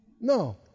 No